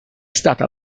stata